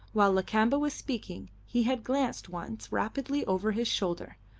while lakamba was speaking he had glanced once rapidly over his shoulder,